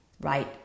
right